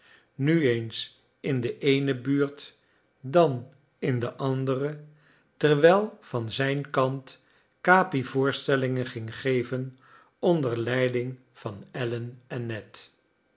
nu eens in de eene buurt dan in de andere terwijl van zijn kant capi voorstellingen ging geven onder leiding van allen en ned